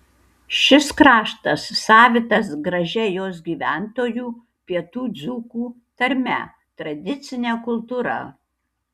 šis kraštas savitas gražia jos gyventojų pietų dzūkų tarme tradicine kultūra